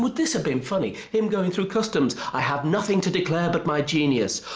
but this have been funny, him going through customs, i have nothing to declare but my genius.